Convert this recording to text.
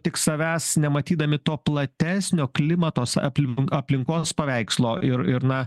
tik savęs nematydami to platesnio klimatos aplink aplinkos paveikslo ir ir na